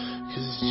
Cause